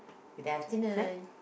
good afternoon